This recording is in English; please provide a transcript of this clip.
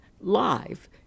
live